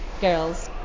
girls